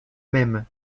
même